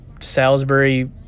Salisbury